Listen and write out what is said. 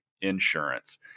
insurance